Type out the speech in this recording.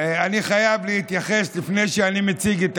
שאני לא שומע טוב, כי אני זוכר את הנאומים